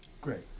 Great